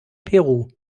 peru